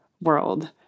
world